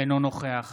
אינו נוכח